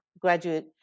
graduate